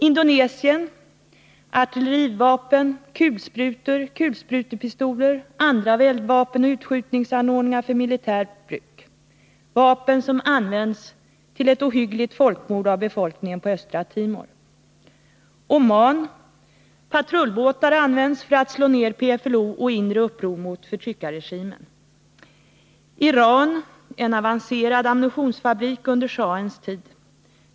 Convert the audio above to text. Indonesien — artillerivapen, kulsprutor, kulsprutepistoler, andra eldvapen och utskjutningsanordningar för militärt bruk. Vapen som används till ett ohyggligt folkmord på befolkningen på Östra Timor. Oman -— patrullbåtar används för att slå ner PFLO och inre uppror mot förtryckarregimen. Iran — en avancerad ammunitionsfabrik under shahens tid.